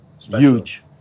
huge